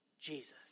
Jesus